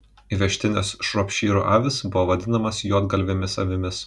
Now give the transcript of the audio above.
įvežtinės šropšyrų avys buvo vadinamos juodgalvėmis avimis